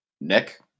Nick